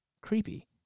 Creepy